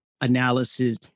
analysis